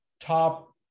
top